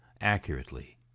accurately